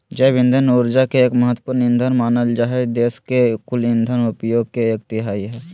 जैव इंधन ऊर्जा के एक महत्त्वपूर्ण ईंधन मानल जा हई देश के कुल इंधन उपयोग के एक तिहाई हई